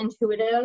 intuitive